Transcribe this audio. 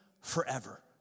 forever